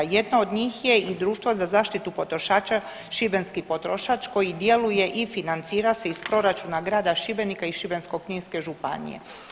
Jedna od njih je i Društvo za zaštitu potrošača Šibenski potrošač koji djeluje i financira se iz proračuna grada Šibenika i Šibensko-kninske županije.